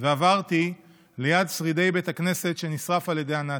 ועברתי ליד שרידי בית הכנסת שנשרף על ידי הנאצים,